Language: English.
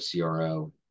CRO